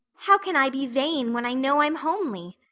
how can i be vain when i know i'm homely?